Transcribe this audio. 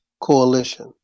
coalition